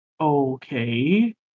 Okay